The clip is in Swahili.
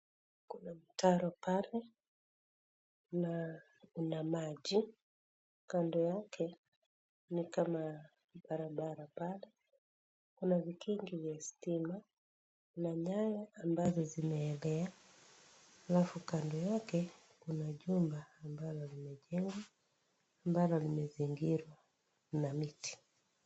Kuna mtaro pale na kuna maji. Kando yake ni kama barabara pale. Kuna vikingi vya stima, kuna nyaya ambazo zimeenea na kando yake kuna jumba ambalo limejengwa ambalo limezingirwa na miti.